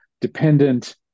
dependent